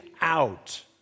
out